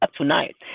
tonight